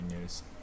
news